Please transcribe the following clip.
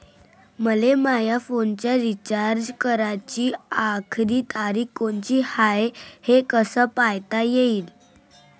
मले माया फोनचा रिचार्ज कराची आखरी तारीख कोनची हाय, हे कस पायता येईन?